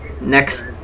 next